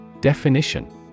Definition